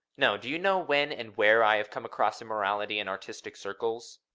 no do you know when and where i have come across immorality in artistic circles?